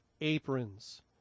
aprons